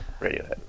Radiohead